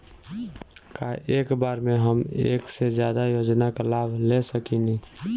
का एक बार में हम एक से ज्यादा योजना का लाभ ले सकेनी?